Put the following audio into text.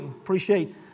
appreciate